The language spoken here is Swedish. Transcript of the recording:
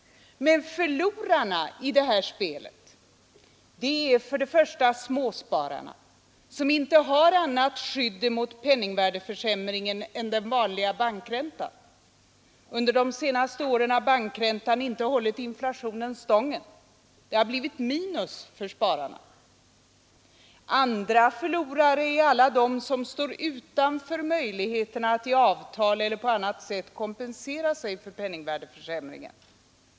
Förlorarna i detta spel är för det första småspararna, som inte har annat skydd mot penningvärdeförsämringen än den vanliga bankräntan. Under de senaste åren har bankräntan inte hållit inflationen stången. Det har blivit minus för spararna. För det andra utgörs förlorarna av alla dem som står utanför möjligheterna att i avtal eller på annat sätt kompensera sig för penningvärdeförsämringen.